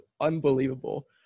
unbelievable